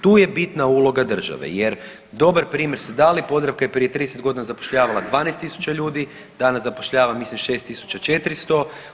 Tu je bitna uloga države jer dobar primjer ste dali, Podravka je prije 30.g. zapošljavala 12.000 ljudi, danas zapošljava mislim 6.400.